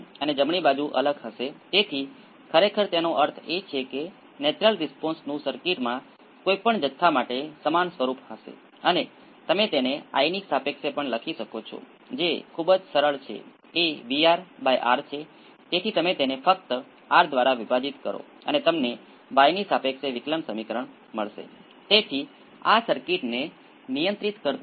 તેથી સમાન પરિબળોનો અર્થ સમાન અંતર થાય છે જ્યાં રેખીય સ્કેલનો અર્થ સમાન અંતરનો અર્થ થાય છે સમાન વધારો તમે કોઈપણ પ્રકારનો સ્કેલ કરી શકો છો તેની ફક્ત અમારે નિશાની કરવાથી છે ચાલો ઉકેલવા દો પરંતુ આ કેટલીક ઉપયોગી વસ્તુઓ છે